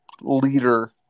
leader